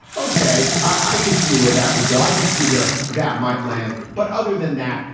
okay, i could see where that would go i could see where that might land. but other than that,